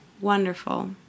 Wonderful